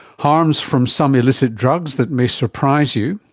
harms from some illicit drugs that may surprise you.